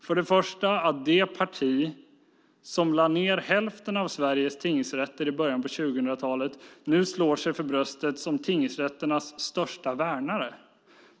För det första tycker jag att det är anmärkningsvärt att det parti som lade ned hälften av Sveriges tingsrätter i början av 2000-talet nu slår sig för bröstet som tingsrätternas största värnare.